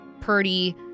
Purdy